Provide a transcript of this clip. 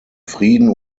frieden